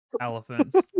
elephants